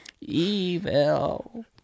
Evil